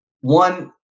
one